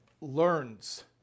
learns